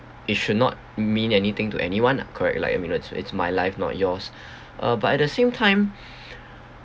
it should not mean anything to anyone lah correct like I mean it's it's my life not yours but at the same time